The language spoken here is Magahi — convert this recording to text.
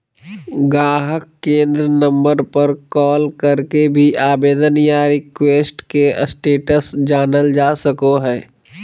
गाहक केंद्र नम्बर पर कॉल करके भी आवेदन या रिक्वेस्ट के स्टेटस जानल जा सको हय